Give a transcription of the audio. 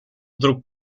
вдруг